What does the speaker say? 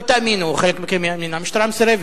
לא תאמינו, חלק מכם יאמין: המשטרה מסרבת.